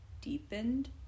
deepened